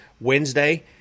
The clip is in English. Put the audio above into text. Wednesday